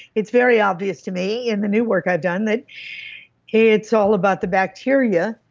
it's very obvious to me in the new work i've done that it's all about the bacteria